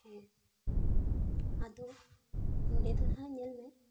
ᱦᱮᱸ ᱟᱫᱚ ᱱᱚᱰᱮ ᱫᱚ ᱱᱟᱦᱟᱜ ᱧᱮᱞᱢᱮ